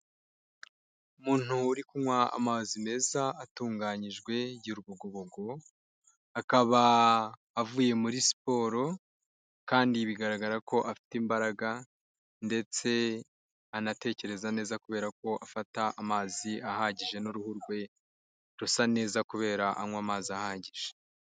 Umuntu uri kunywa amazi meza atunganyijwe y'urubogobogo, akaba avuye muri siporo kandi bigaragara ko afite imbaraga, ndetse anatekereza neza kubera ko afata amazi ahagije n'uruhu rwe rusa neza kubera anywa amazi ahagije.